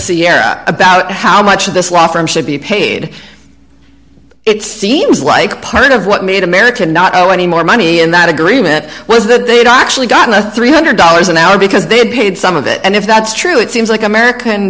sierra about how much of this law firm should be paid it seems like part of what made america not owe any more money in that agreement was that they had actually gotten a three hundred dollars an hour because they paid some of it and if that's true it seems like american